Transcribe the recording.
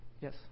Yes